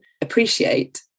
appreciate